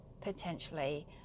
Potentially